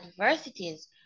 adversities